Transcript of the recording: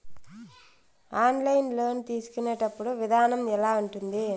online loan తీసుకునేటప్పుడు విధానం ఎలా ఉంటుంది